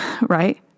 right